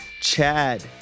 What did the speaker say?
Chad